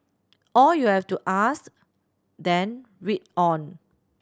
or you have to ask then read on